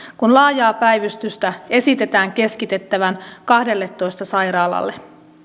kun laajaa päivystystä esitetään keskitettävän kahdelletoista sairaalalle